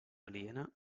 aliena